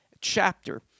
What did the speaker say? chapter